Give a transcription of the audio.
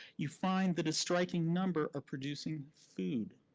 you find that a striking number are producing food.